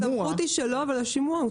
הסמכות היא שלו, אבל השימוע גם בפני המועצה.